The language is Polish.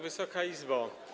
Wysoka Izbo!